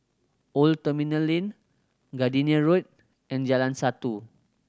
Old Terminal Lane Gardenia Road and Jalan Satu